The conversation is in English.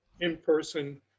in-person